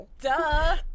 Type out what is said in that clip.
duh